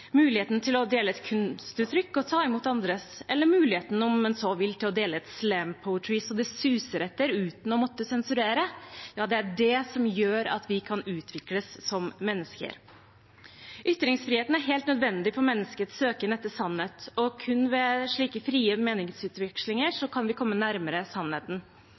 muligheten til å dele et kunstuttrykk og ta imot andres, eller muligheten – om en så vil – til å dele slampoesi så det suser etter, uten å måtte sensurere, er det som gjør at vi kan utvikles som mennesker. Ytringsfriheten er helt nødvendig for menneskets søken etter sannhet, og kun ved slike frie meningsutvekslinger kan vi komme nærmere sannheten.